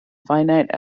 finite